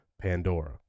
Pandora